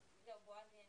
מרביתם בוגרי טכניון,